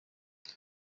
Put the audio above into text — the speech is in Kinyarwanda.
ati